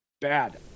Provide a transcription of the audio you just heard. bad